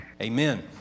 Amen